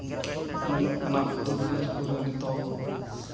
ᱧᱮᱞᱚᱜ ᱠᱟᱱᱟ ᱩᱛᱛᱚᱨ ᱫᱤᱱᱟᱡᱽᱯᱩᱨ ᱨᱮ ᱱᱤᱛᱚᱜ